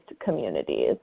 communities